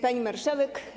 Pani Marszałek!